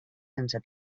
sense